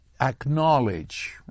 Acknowledge